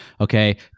okay